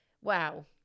wow